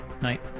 Night